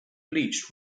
bleached